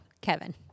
Kevin